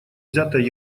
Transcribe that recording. взятое